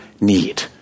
need